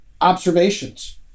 observations